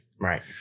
Right